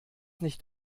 nicht